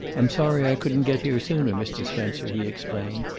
i'm sorry i couldn't get here sooner, mr. spencer, he explained.